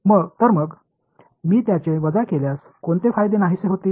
तर मग मी त्यांचे वजा केल्यास कोणते फायदे नाहीसे होतील